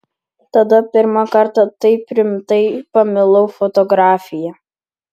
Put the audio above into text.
tada pirmą kartą taip rimtai pamilau fotografiją